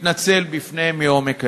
אני מתנצל בפניהם מעומק הלב.